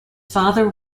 father